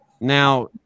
Now